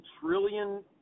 trillion